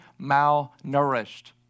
malnourished